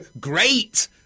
Great